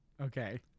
Okay